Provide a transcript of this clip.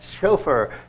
chauffeur